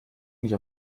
nicht